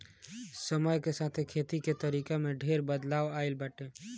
समय के साथे खेती के तरीका में ढेर बदलाव आइल बाटे